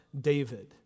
David